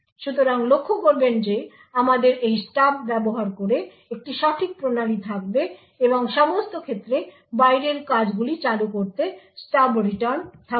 সুতরাং লক্ষ্য করবেন যে আমাদের এখন স্টাব ব্যবহার করে একটি সঠিক প্রণালী থাকবে এবং সমস্ত ক্ষেত্রে বাইরের কাজ গুলি চালু করতে স্টাব রিটার্ন থাকবে